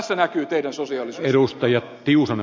tässä näkyy teidän sosiaalisuutenne